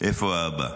איפה אבא.